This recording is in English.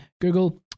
Google